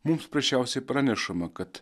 mums paprasčiausiai pranešama kad